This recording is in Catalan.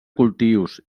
cultius